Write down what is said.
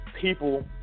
people